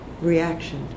reaction